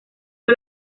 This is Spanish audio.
fue